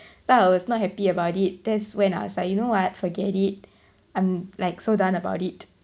so I was not happy about it that's when I was like you know what forget it I'm like so done about it